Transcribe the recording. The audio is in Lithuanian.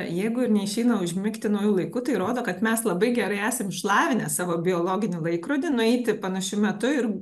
jeigu neišeina užmigti nauju laiku tai rodo kad mes labai gerai esam išlavinęs savo biologinį laikrodį nueiti panašiu metu ir